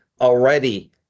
already